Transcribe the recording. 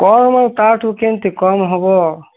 କମ୍ ତାଠୁ କେମିତି କମ୍ ହେବ